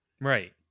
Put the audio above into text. Right